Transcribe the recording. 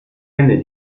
kenne